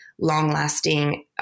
long-lasting